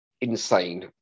insane